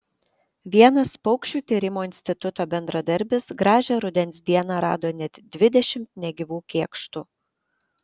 vienas paukščių tyrimo instituto bendradarbis gražią rudens dieną rado net dvidešimt negyvų kėkštų